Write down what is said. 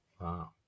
Wow